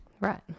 Right